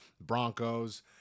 Broncos